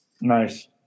Nice